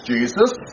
Jesus